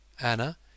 Anna